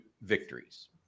victories